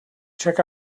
check